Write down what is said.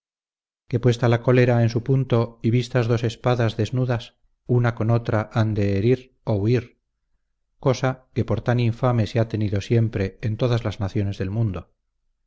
que puesta la colera en su punto y vistas dos espadas desnudas una con otra han de herir o huir cosa que por tan infame se ha tenido siempre en todas las naciones del mundo